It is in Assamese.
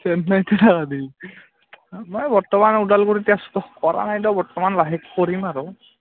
চেন্নাইত থাকা নেকি মই বৰ্তমান ওদালগুৰিতে আছোঁ দে কৰা নাই এতিয়াও বৰ্তমান লাহেকৈ কৰিম আৰু